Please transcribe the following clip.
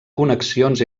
connexions